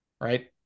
right